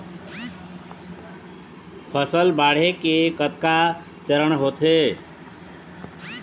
फसल बाढ़े के कतका चरण होथे?